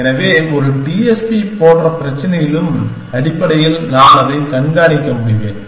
எனவே ஒரு TSP போன்ற பிரச்சனையிலும் அடிப்படையில் நான் அதைக் கண்காணிக்க முடியும்